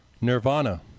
Nirvana